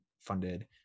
funded